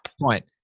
point